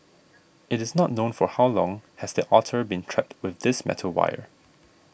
it is not known for how long has the otter been trapped with this metal wire